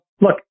look